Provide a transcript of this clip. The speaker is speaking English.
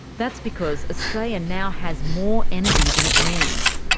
that's because australia now has more energy than it needs.